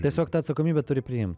tiesiog tą atsakomybę turi priimt